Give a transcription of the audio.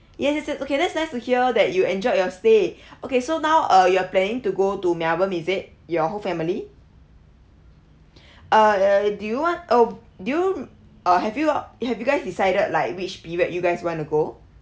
yes yes yes okay that's nice to hear that you enjoyed your stay okay so now uh you're planning to go to melbourne is it your whole family err do you want uh do you uh have you uh have you guys decided like which period you guys want to go